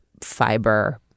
fiber